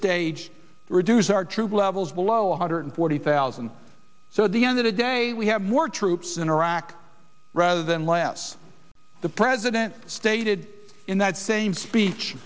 stage to reduce our troop levels below one hundred forty thousand so at the end of the day we have more troops in iraq rather than less the president stated in that same speech